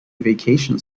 vacation